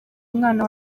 umwana